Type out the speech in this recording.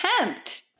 attempt